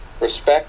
respect